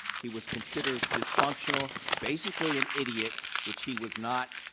he was considered dysfunctional, basically an idiot, which he was not.